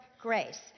grace